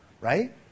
Right